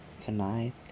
tonight